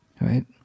right